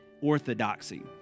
orthodoxy